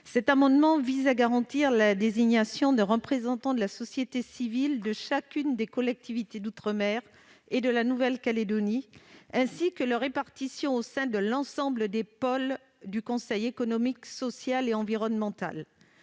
Cet amendement vise à garantir la désignation d'un représentant de la société civile de chacune des collectivités d'outre-mer et de la Nouvelle-Calédonie et leur répartition au sein de l'ensemble des pôles du Conseil économique social et environnemental.